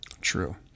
True